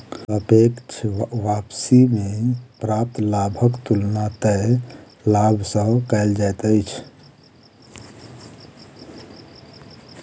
सापेक्ष वापसी में प्राप्त लाभक तुलना तय लाभ सॅ कएल जाइत अछि